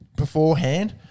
Beforehand